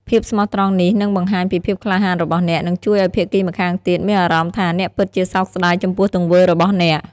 ភាពស្មោះត្រង់នេះនឹងបង្ហាញពីភាពក្លាហានរបស់អ្នក និងជួយឱ្យភាគីម្ខាងទៀតមានអារម្មណ៍ថាអ្នកពិតជាសោកស្ដាយចំពោះទង្វើរបស់អ្នក។